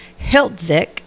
Hiltzik